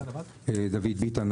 דוד ביטן,